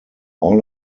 all